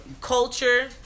culture